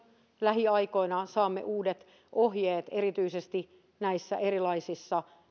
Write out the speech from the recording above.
lähiaikoina saamme uudet ohjeet erityisesti näissä erilaisissa